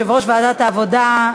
יושב-ראש ועדת העבודה,